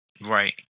Right